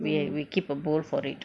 we have we keep a bowl for it